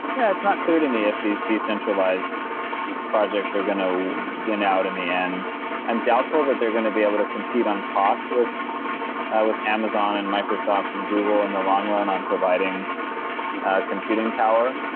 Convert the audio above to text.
yeah, it's not clear to me if these decentralized projects are going to win out in the end. i'm doubtful that they're going to be able to compete on cost with with amazon and microsoft and google in the long run on providing computing power,